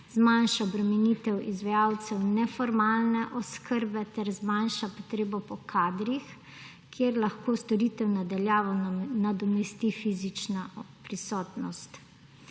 zmanjša obremenitev izvajalcev neformalne oskrbe ter zmanjša potrebo po kadrih, kjer lahko storitev na daljavo nadomesti fizična prisotnost.